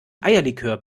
eierlikör